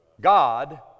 God